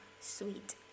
sweet